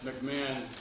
McMahon